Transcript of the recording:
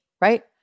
right